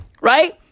right